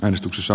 äänestyksessä